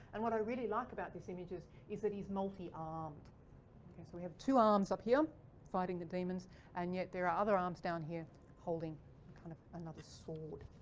and what i really like about these images is that he's multi-armed. so we have two arms up here fighting the demons and yet there are other arms down here holding and kind of another sword.